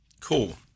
Cool